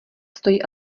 stojí